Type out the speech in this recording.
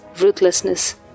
ruthlessness